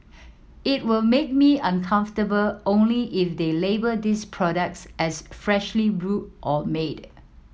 it will make me uncomfortable only if they label these products as freshly brewed or made